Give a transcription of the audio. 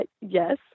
yes